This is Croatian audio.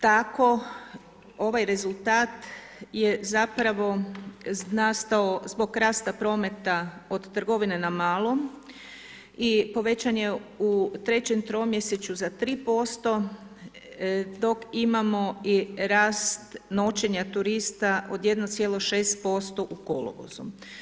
Tako ovaj rezultat je zapravo nastao zbog rasta prometa od trgovine na malo i povećan je u trećem tromjesečju za 3%, dok imamo i rast noćenja turista od 1,6% u kolovozu.